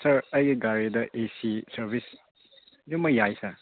ꯁꯥꯔ ꯑꯩ ꯒꯥꯔꯤꯗ A C service ꯑꯗꯨꯝ ꯌꯥꯏ ꯁꯥꯔ